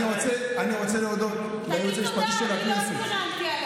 אני רוצה להודות לייעוץ המשפטי של הכנסת